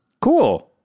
Cool